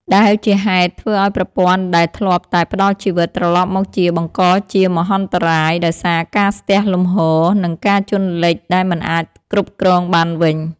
ដែលជាហេតុធ្វើឱ្យប្រព័ន្ធដែលធ្លាប់តែផ្ដល់ជីវិត ត្រឡប់មកជាបង្កជាមហន្តរាយដោយសារការស្ទះលំហូរ និងការជន់លិចដែលមិនអាចគ្រប់គ្រងបានវិញ។